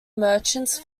merchants